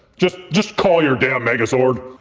just just call your damn megazord.